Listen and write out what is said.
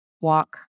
walk